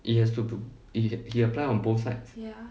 it has to he apply on both sides